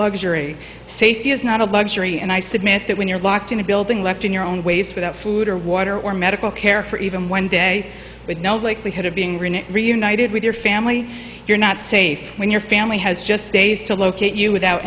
luxury safety is not a luxury and i submit that when you're locked in a building left in your own ways without food or water or medical care for even one day with no likelihood of being reunited with your family you're not safe when your family has just days to locate you without